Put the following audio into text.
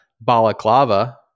balaclava